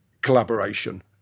collaboration